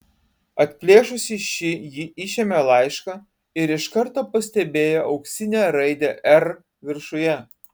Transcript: atplėšusi šį ji išėmė laišką ir iš karto pastebėjo auksinę raidę r viršuje